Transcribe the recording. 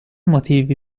motivi